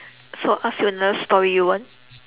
so I ask you a love story you want